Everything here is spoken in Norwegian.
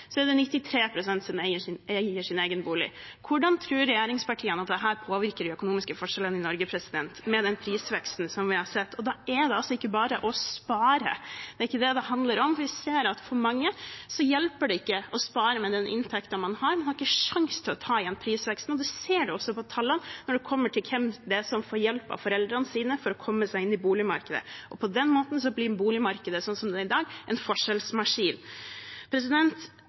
Hvordan tror regjeringspartiene at dette påvirker de økonomiske forskjellene i Norge, med den prisveksten som vi har sett? Da er det altså ikke bare å spare. Det er ikke det det handler om, for vi ser at for mange hjelper det ikke å spare med den inntekten man har. Man har ikke sjanse til å ta igjen prisveksten, og det ser man også på tallene når det kommer til hvem som får hjelp av foreldrene sine for å komme seg inn i boligmarkedet. På den måten blir boligmarkedet sånn som det er i dag, en forskjellsmaskin.